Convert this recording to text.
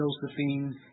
Josephine